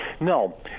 No